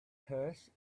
purse